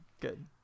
good